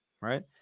Right